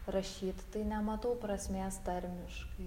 rašyt tai nematau prasmės tarmiškai